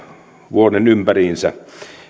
vuoden ympäriinsä